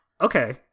Okay